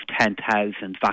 10,000